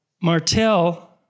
Martel